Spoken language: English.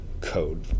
code